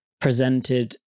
presented